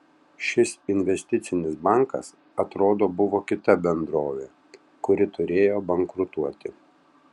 šis investicinis bankas atrodo buvo kita bendrovė kuri turėjo bankrutuoti